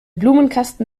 blumenkasten